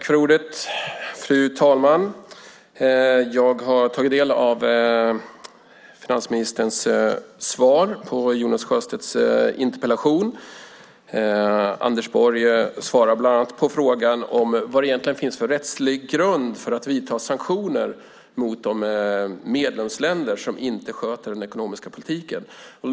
Fru talman! Jag har tagit del av finansministerns svar på Jonas Sjöstedts interpellation. Anders Borg svarar bland annat på frågan vad det egentligen finns för rättslig grund för att vidta sanktioner mot de medlemsländer som inte sköter den ekonomiska politiken.